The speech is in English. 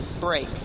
break